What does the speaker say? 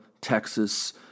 Texas